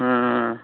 ᱦᱟᱸ